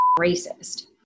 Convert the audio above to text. racist